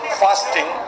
fasting